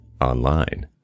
online